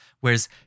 Whereas